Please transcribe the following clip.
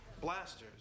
Blasters